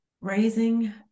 raising